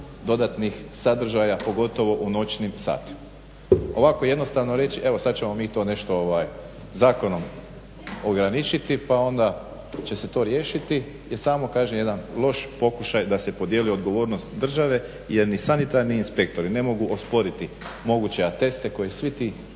dodatnih sadržaja pogotovo u noćnim satima. Ovako je jednostavno evo sada ćemo mi to nešto zakonom ograničiti pa onda će se to riješiti, je samo kažem jedan loš pokušaj da se podijeli odgovornost države jer ni sanitarni inspektori ne mogu osporiti moguće ateste koje svi ti